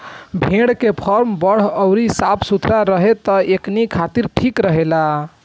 भेड़ के फार्म बड़ अउरी साफ सुथरा रहे त एकनी खातिर ठीक रहेला